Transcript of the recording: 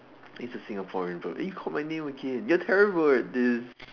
it's a Singaporean burp you called my name again you are terrible at this